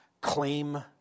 claim